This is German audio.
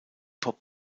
pop